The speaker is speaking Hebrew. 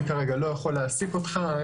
אני כרגע לא יכול להעסיק אותך,